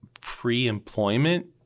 pre-employment